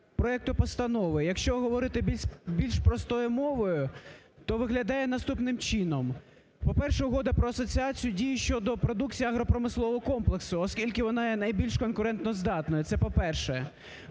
проекту постанови. Якщо говорити більш простою мовою, то виглядає наступним чином. По-перше, Угода про асоціацію дії щодо продукції агропромислового комплексу, оскільки вона є найбільш конкуренто здатною, це по-перше.